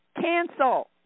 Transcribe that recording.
cancel